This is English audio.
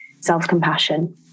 self-compassion